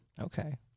Okay